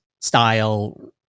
style